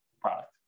product